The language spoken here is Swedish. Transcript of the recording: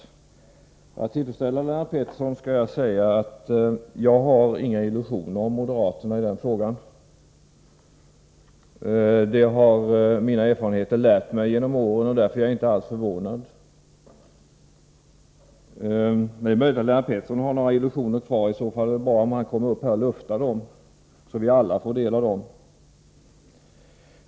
För att tillfredsställa Lennart Pettersson skall jag säga att jag inte har några illusioner när det gäller moderaterna i den frågan. Det har mina erfarenheter genom åren lärt mig, och därför är jag inte alls förvånad. Det är möjligt att Lennart Pettersson har några illusioner kvar. I så fall är det bra om han kommer upp här och luftar dem, så att vi alla får del av dem.